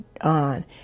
on